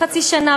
חצי שנה,